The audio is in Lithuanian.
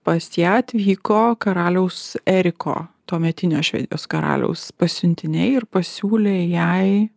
pas ją atvyko karaliaus eriko tuometinio švedijos karaliaus pasiuntiniai ir pasiūlė jai